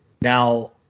Now